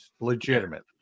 Legitimate